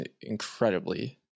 incredibly